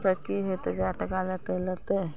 तऽ की हेतय जादा टाका लेतय लेतय